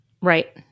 right